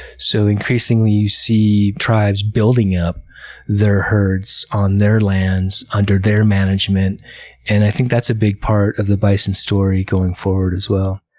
so, increasingly you see tribes building up their herds, on their lands, under their management and i think that's a big part of the bison story going forward as well.